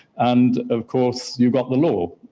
and of course you've got the law.